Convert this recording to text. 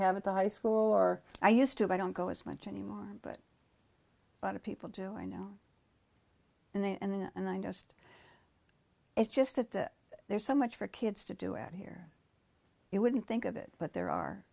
have at the high school or i used to i don't go as much anymore but a lot of people do i know and then and then and i just it's just that there's so much for kids to do at here you wouldn't think of it but there